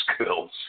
skills